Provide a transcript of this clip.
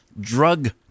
drug